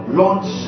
launch